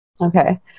Okay